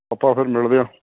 ਆਪਾਂ ਫਿਰ ਮਿਲਦੇ ਹਾਂ